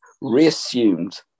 reassumed